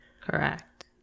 Correct